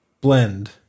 blend